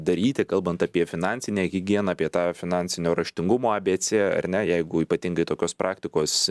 daryti kalbant apie finansinę higieną apie tą finansinio raštingumo abėcė ar ne jeigu ypatingai tokios praktikos